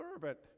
servant